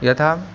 यथा